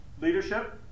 leadership